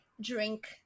drink